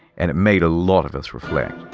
and it made a lot of us reflect.